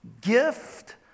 gift